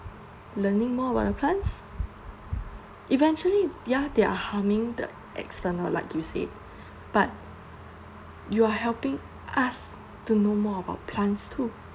learning more about the plants eventually ya they are harming the external like you said but you are helping us to know more about plants too